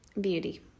Beauty